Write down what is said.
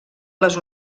les